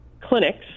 clinics